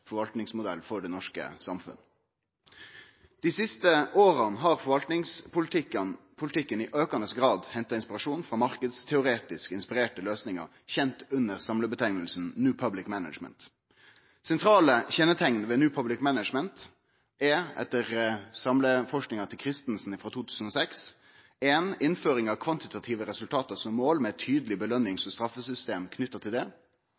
for det norske samfunn. Dei siste åra har forvaltingspolitikken i aukande grad henta inspirasjon frå marknadsteoretisk inspirerte løysingar, kjende under samlenemninga New Public Management. Sentrale kjenneteikn ved New Public Management er, etter samleforskinga til Christensen frå 2006: Innføring av kvantitative resultat som mål med tydelege påskjønnings- og straffesystem knytt til det.